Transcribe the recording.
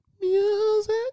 Music